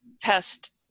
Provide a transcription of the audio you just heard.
test